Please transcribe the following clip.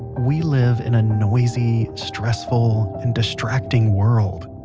we live in a noisy, stressful and distracting world.